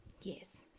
Yes